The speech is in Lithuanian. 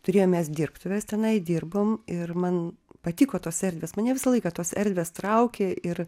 turėjom mes dirbtuves tenai dirbom ir man patiko tos erdvės mane visą laiką tos erdvės traukė ir